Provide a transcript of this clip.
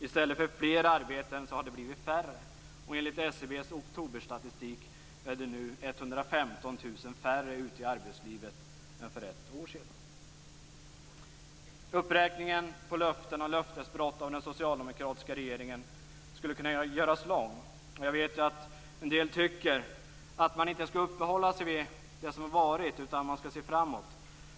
I stället för fler arbeten har det blivit färre. Enligt SCB:s oktoberstatistik är det nu Uppräkningen av löften och löftesbrott av den socialdemokratiska regeringen skulle kunna göras lång. Jag vet att en del tycker att man inte skall uppehålla sig vid det som varit utan se framåt.